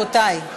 את שמך אמרתי.